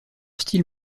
style